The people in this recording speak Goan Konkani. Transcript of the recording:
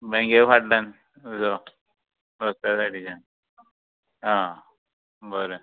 बँके फाटल्यान जो रस्त्या सायडीच्यान आ बरें